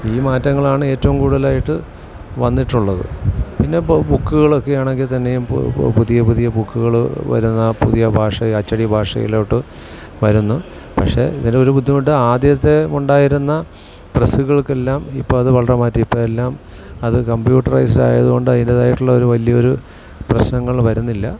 ഈ മാറ്റങ്ങളാണ് ഏറ്റോം കൂടുതലായിട്ട് വന്നിട്ടുള്ളത് പിന്നെ ബുക്കുകളൊക്കെയാണെങ്കിൽ തന്നെയും പുതിയ പുതിയ ബുക്കുകൾ വരുന്ന പുതിയ ഭാഷ അച്ചടി ഭാഷയിലോട്ട് വരുന്നു പക്ഷേ ഇതിലൊരു ബുദ്ധിമുട്ട് ആദ്യത്തെ ഉണ്ടായിരുന്ന പ്രസ്സുകൾക്കെല്ലാം ഇപ്പം അത് വളരെ മാറ്റി ഇപ്പം എല്ലാം അത് കമ്പ്യൂട്ടറൈസ്ഡായത് കൊണ്ട് അയിൻ്റെതായിട്ടുള്ള ഒരു വലിയൊരു പ്രശ്നങ്ങൾ വരുന്നില്ല